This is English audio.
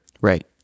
Right